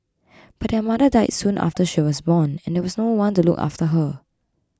but their mother died soon after she was born and there was no one to look after her